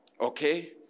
Okay